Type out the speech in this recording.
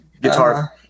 guitar